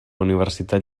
universitat